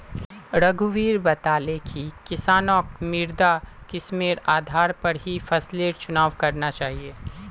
रघुवीर बताले कि किसानक मृदा किस्मेर आधार पर ही फसलेर चुनाव करना चाहिए